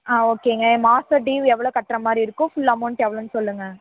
ஆ ஓகேங்க மாசம் டீவ் எவ்வளோ கட்டுறா மாதிரி இருக்கும் ஃபுல் அமௌண்ட் எவ்வளோன்னு சொல்லுங்கள்